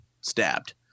stabbed